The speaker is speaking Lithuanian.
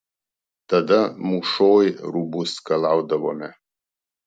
tada mūšoj rūbus skalaudavome